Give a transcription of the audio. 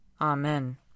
Amen